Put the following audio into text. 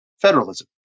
federalism